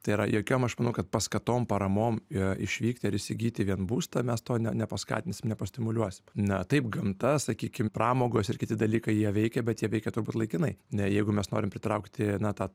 tai yra jokiom aš manau kad paskatom paramom išvykti ar įsigyti vien būstą mes to ne nepaskatinsim nepastimuliuosim na taip gamta sakykim pramogos ir kiti dalykai jie veikė bet jie veikia dabar laikinai ne jeigu mes norime pritraukti na tą